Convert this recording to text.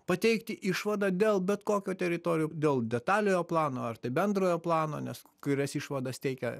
pateikti išvadą dėl bet kokio teritorijų dėl detaliojo plano ar tai bendrojo plano nes kurias išvadas teikia